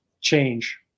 change